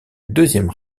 deuxième